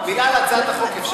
מילה על הצעת החוק,